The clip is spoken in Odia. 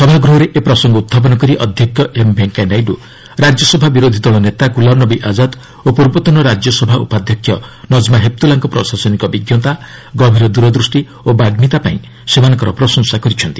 ସଭାଗୃହରେ ଏ ପ୍ରସଙ୍ଗ ଉତ୍ଥାପନ କରି ଅଧ୍ୟକ୍ଷ ଏମ୍ ଭେଙ୍କିୟା ନାଇଡ଼ୁ ରାଜ୍ୟସଭା ବିରୋଧି ଦଳ ନେତା ଗୁଲାମ୍ ନବୀ ଆକ୍ଷାଦ୍ ଓ ପୂର୍ବତନ ରାଜ୍ୟସଭା ଉପାଧ୍ୟକ୍ଷ ନକ୍ମା ହେପ୍ତୁଲ୍ଲାଙ୍କ ପ୍ରଶାସନିକ ବିଜ୍ଞତା ଗଭୀର ଦୂରଦୃଷ୍ଟି ଓ ବାଗ୍ମିତା ପାଇଁ ସେମାନଙ୍କର ପ୍ରଶଂସା କରିଛନ୍ତି